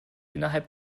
innerhalb